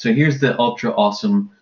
so here's the ultra awesome,